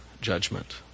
judgment